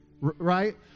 Right